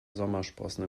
sommersprossen